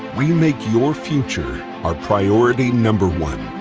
we make your future our priority number one.